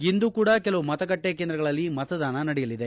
ಇಂದೂ ಕೂಡ ಕೆಲವು ಮತಗಟ್ಟೆ ಕೇಂದ್ರಗಳಲ್ಲಿ ಮತದಾನ ನಡೆಯಲಿದೆ